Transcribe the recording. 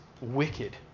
wicked